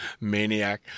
maniac